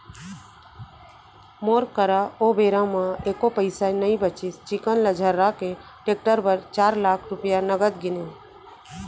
मोर करा ओ बेरा म एको पइसा नइ बचिस चिक्कन ल झर्रा के टेक्टर बर चार लाख रूपया नगद गिनें